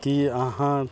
कि अहाँ